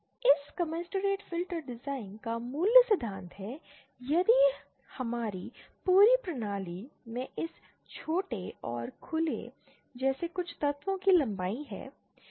इस commensurate filter design का मूल सिद्धांत है कि यदि हमारी पूरी प्रणाली में इस छोटे और खुले जैसे कुछ तत्व की लंबाई है